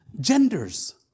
genders